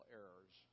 errors